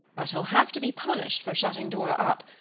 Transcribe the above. but he'll have to be punished for shutting dora up,